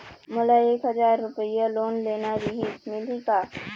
मोला एक हजार रुपया लोन लेना रीहिस, मिलही का?